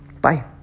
Bye